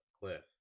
cliff